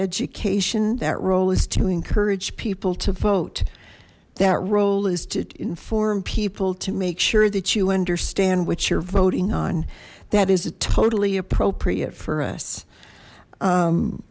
education that role is to encourage people to vote that role is to inform people to make sure that you understand what you're voting on that is a totally appropriate for us